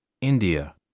India